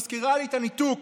מזכירה לי את הניתוק